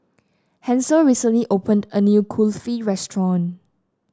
Hansel recently opened a new Kulfi restaurant